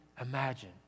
imagine